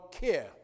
CARE